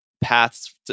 paths